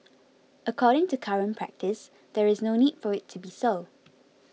according to current practice there is no need for it to be so